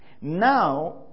Now